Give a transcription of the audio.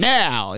now